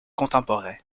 contemporain